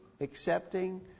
accepting